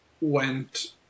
went